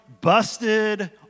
busted